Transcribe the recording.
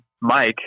Mike